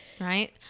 right